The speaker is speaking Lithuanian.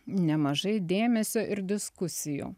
nemažai dėmesio ir diskusijų